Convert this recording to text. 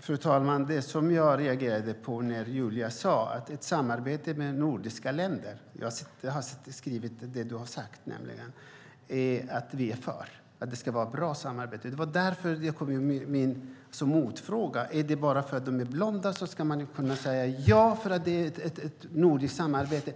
Fru talman! Det jag reagerade på var när Julia sade att ni är för ett samarbete med nordiska länder - jag har skrivit ned vad du har sagt - och att det ska vara ett bra sådant samarbete. Det var därför jag kom med min motfråga: Är det bara därför att de är blonda som man ska kunna säga ja, eftersom det är ett nordiskt samarbete?